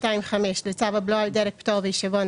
2(5) לצו הבלו על דלק (פטור והישבון),